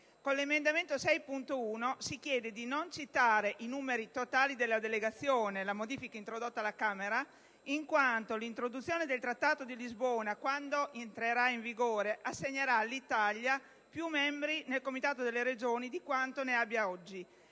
Con tale emendamento si chiede di non citare i numeri totali della delegazione (la modifica introdotta dalla Camera), in quanto il Trattato di Lisbona, quando entrerà in vigore, assegnerà all'Italia più membri nel Comitato delle regioni di quanti ne abbia oggi.